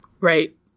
Right